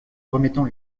remettant